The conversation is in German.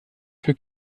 für